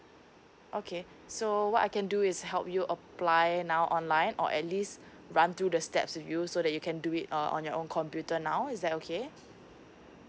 okay so what I can do is help you apply now online or at least run through the steps to you so that you can do it uh on your own computer now is that okay